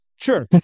Sure